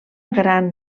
gran